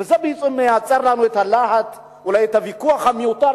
וזה בעצם מייצר לנו את הלהט ואולי את הוויכוח המיותר,